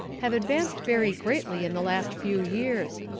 have advanced very greatly in the last few years.